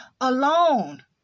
alone